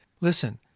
Listen